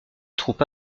troupes